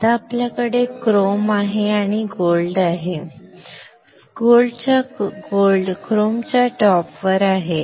आता आपल्याकडे क्रोम आणि सोने आहे सोने क्रोमच्या टॉप आहे